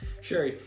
sure